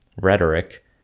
rhetoric